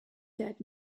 dead